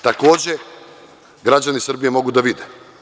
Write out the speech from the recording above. Takođe, građani Srbije mogu da vide.